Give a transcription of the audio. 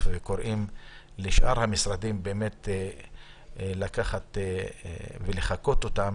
וקוראים לשאר המשרדים באמת לקחת ולחקות אותם